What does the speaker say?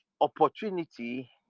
opportunity